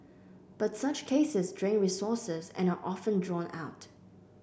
but such cases drain resources and are often drawn out